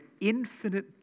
infinite